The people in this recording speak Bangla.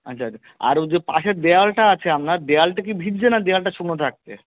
আচ্ছা আচ্ছা আর ও যে পাশের দেয়ালটা আছে আপনার দেয়ালটা কি ভিজছে না দেয়ালটা শুকনো থাকছে